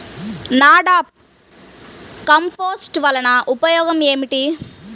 NADEP compost వలన ఉపయోగం ఏమిటి?